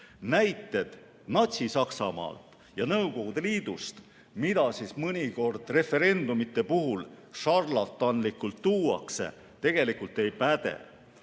Näited Natsi-Saksamaalt ja Nõukogude Liidust, mida mõnikord referendumite puhul šarlatanlikult tuuakse, tegelikult ei päde.